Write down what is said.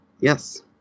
Yes